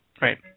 Right